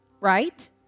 right